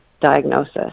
diagnosis